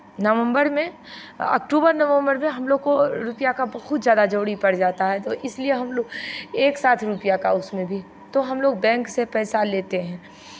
नवंबर में अक्टूबर नवंबर में हम लोग को रुपैया का बहुत ज़्यादा जरूरी पड़ जाता है तो इसलिए हम लोग एक साथ रुपैया का उसमें भी तो हम लोग बैंक से पैसा लेते हैं